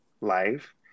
life